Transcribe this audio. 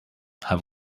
have